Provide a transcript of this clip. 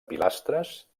pilastres